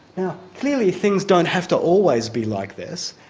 now clearly, things don't have to always be like this.